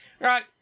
right